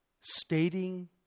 stating